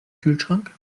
kühlschrank